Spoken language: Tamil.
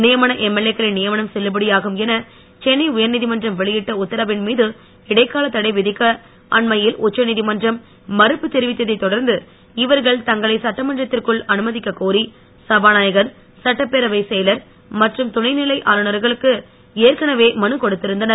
நியமன எம்எல்ஏ க்களின் நியமனம் செல்லுபடியாகும் என சென்னை உயர் நீதமன்றம் வெளியிட்ட உத்தரவின் மீது இடைக்கால தடை விதிக்க அண்மையில் உச்சநீதமன்றம் மறுப்பு தெரிவித்ததைத் தொடர்ந்து இவர்கள் தங்களை சட்டமன்றத்திற்குள் அனுமதிக்க கோரி சபாநாயகர் சட்டப்பேரவைச் செயலர் மற்றும் துணை நிலை ஆளுநருக்கு ஏற்கனவே மனு கொடுத்திருந்தனர்